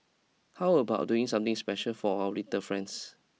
how about doing something special for our little friends